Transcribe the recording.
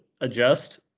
adjust